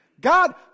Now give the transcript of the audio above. God